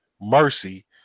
mercy